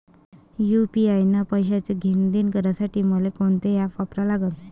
UPI न पैशाचं देणंघेणं करासाठी मले कोनते ॲप वापरा लागन?